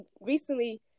recently